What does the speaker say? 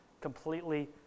completely